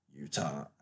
Utah